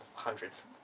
hundreds